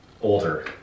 older